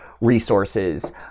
resources